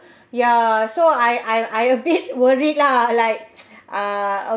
ya so I I I a bit worried lah like ah I